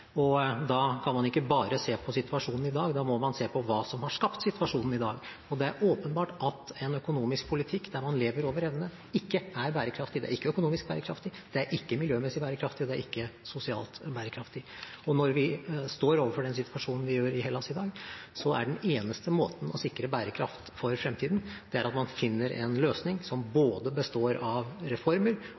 og da kan man ikke bare se på situasjonen i dag, da må man se på hva som har skapt situasjonen i dag. Det er åpenbart at en økonomisk politikk der man lever over evne, ikke er bærekraftig. Det er ikke økonomisk bærekraftig, det er ikke miljømessig bærekraftig, og det er ikke sosialt bærekraftig. Når vi står overfor den situasjonen vi gjør i Hellas i dag, er den eneste måten å sikre bærekraft for fremtiden på at man finner en løsning som både består av reformer